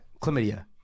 chlamydia